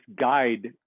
guide